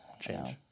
change